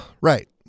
right